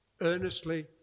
earnestly